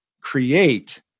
create